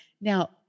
Now